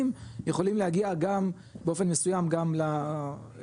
יכולים להגיע גם באופן מסוים גם לחקלאות.